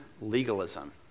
legalism